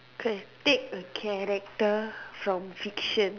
okay take a character from fiction